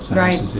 right.